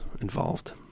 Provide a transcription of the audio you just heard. involved